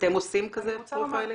אתם עושים כזה פרופיילינג?